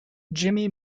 jimmy